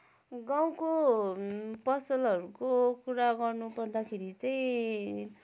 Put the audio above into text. गाउँको पसलहरूको कुरा गर्नु पर्दाखेरि चाहिँ